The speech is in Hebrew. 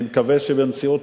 אני מקווה שבנשיאות,